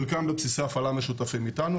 חלקם בבסיסי הפעלה משותפים איתנו.